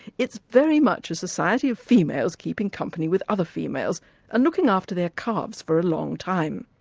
it's very much a society of females keeping company with other females and looking after their calves for a long time.